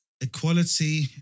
equality